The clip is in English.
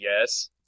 Yes